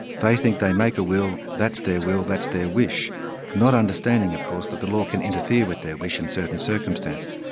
they think they make a will, that's their will, that's their wish not understanding of course that the law can interfere with their wish in certain circumstances.